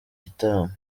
gitaramo